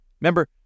remember